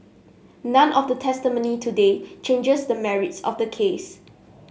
none of the testimony today changes the merits of the case